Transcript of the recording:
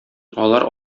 алар